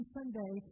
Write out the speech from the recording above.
Sunday